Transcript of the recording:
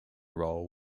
role